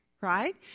Right